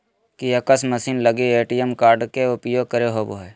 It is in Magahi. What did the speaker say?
कियाक्स मशीन लगी ए.टी.एम कार्ड के उपयोग करे होबो हइ